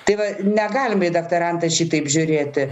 tai va negalima į daktarantą šitaip žiūrėti